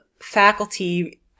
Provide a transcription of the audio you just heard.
faculty